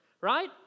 right